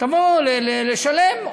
תבוא לשלם,